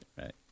right